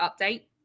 update